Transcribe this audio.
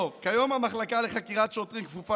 כיום המחלקה לחקירת שוטרים כפופה